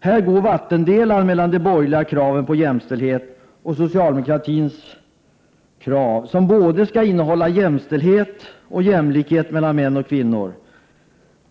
Här går vattendelaren mellan de borgerliga kraven på jämställdhet och socialdemokratins krav, som skall innehålla både jämställdhet och jämlikhet mellan kvinnor och män.